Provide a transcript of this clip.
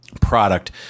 Product